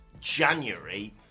January